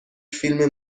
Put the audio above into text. فیلم